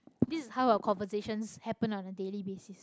this is how our conversations happen on a daily basis